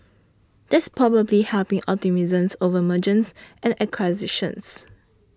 that's probably helping optimism over mergers and acquisitions